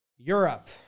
Europe